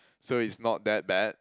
so it's not that bad